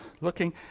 looking